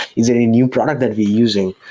is it a new product that we're using,